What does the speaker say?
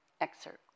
excerpt